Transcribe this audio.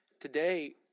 Today